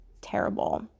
terrible